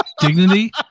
dignity